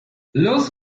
los